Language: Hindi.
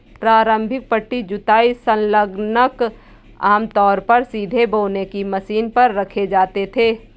प्रारंभिक पट्टी जुताई संलग्नक आमतौर पर सीधे बोने की मशीन पर रखे जाते थे